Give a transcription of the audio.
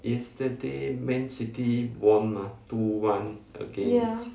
ya